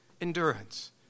endurance